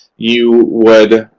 you would